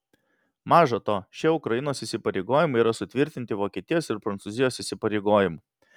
maža to šie ukrainos įsipareigojimai yra sutvirtinti vokietijos ir prancūzijos įsipareigojimų